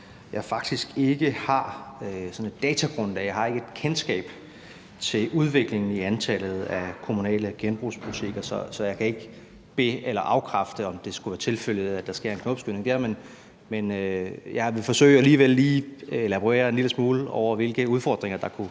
Jeg har ikke et kendskab til udviklingen i antallet af kommunale genbrugsbutikker, så jeg kan ikke be- eller afkræfte, om det skulle være tilfældet, at der sker en knopskydning der. Men jeg vil alligevel forsøge lige at elaborere en lille smule over, hvilke udfordringer der kunne